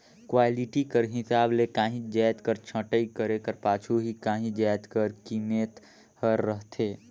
quality कर हिसाब ले काहींच जाएत कर छंटई करे कर पाछू ही काहीं जाएत कर कीमेत हर रहथे